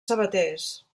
sabaters